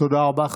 תודה רבה.